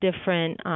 different